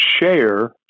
share